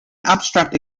abstract